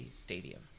Stadium